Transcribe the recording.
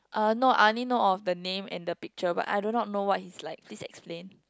uh no I only know of the name and the picture but I do not know what he's like please explain